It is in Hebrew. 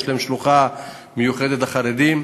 יש להם שלוחה מיוחדת לחרדים,